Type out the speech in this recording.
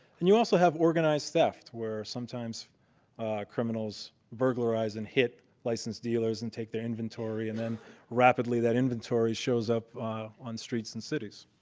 and you also have organized theft, where sometimes criminals burglarize and hit licensed dealers and take their inventory, and then rapidly rapidly that inventory shows up on streets and cities.